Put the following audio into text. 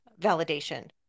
validation